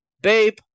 babe